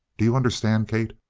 do you understand, kate?